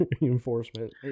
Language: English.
reinforcement